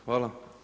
Hvala.